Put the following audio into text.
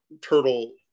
turtle